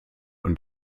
und